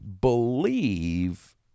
believe